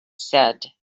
said